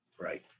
right